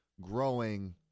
growing